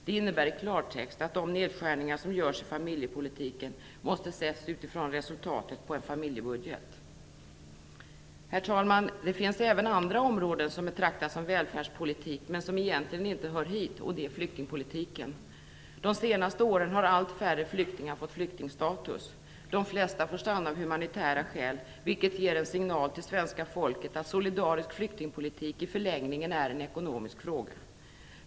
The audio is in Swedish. Det innebär i klartext att de nedskärningar som görs i familjepolitiken måste ses utifrån resultatet på en familjebudget. Herr talman! Det finns även andra områden som betraktas som välfärdspolitik men som egentligen inte hör hit, och ett sådant är flyktingpolitiken. De senaste åren har allt färre flyktingar fått flyktingstatus. De flesta får stanna av humanitära skäl, vilket ger en signal till svenska folket att solidarisk flyktingpolitik i förlängningen är en ekonomisk fråga.